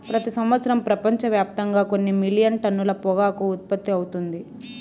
ప్రతి సంవత్సరం ప్రపంచవ్యాప్తంగా కొన్ని మిలియన్ టన్నుల పొగాకు ఉత్పత్తి అవుతుంది